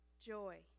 joy